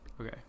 Okay